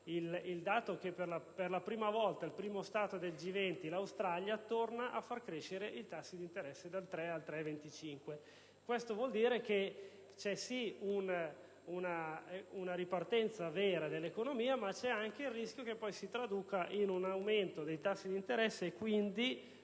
il dato che, per la prima volta, il primo Stato del G20, l'Australia, torna a far crescere i tassi di interesse dal 3 al 3,25 per cento. Ciò vuol dire che, se è vero che c'è una ripartenza reale dell'economia, c'è però anche il rischio che poi ciò si traduca in un aumento dei tassi di interesse, quindi,